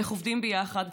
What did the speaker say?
ואיך עובדים ביחד,